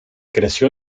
creció